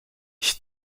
she